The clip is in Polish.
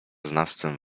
znawstwem